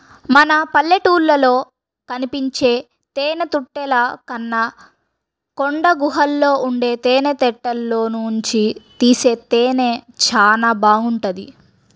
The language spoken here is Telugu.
మన పల్లెటూళ్ళలో కనిపించే తేనెతుట్టెల కన్నా కొండగుహల్లో ఉండే తేనెతుట్టెల్లోనుంచి తీసే తేనె చానా బాగుంటది